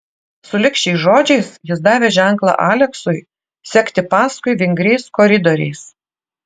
sulig šiais žodžiais jis davė ženklą aleksui sekti paskui vingriais koridoriais